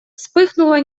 вспыхнуло